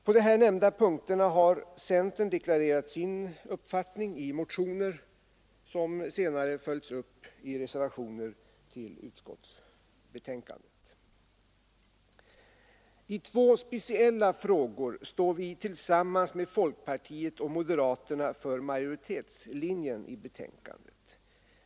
På här nämnda punkter har centern deklarerat sin uppfattning i motioner, som senare följts upp i reservationer till utskottsbetänkandet. I två speciella frågor står vi tillsammans med folkpartiet och moderaterna för majoritetslinjen i betänkandet.